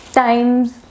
times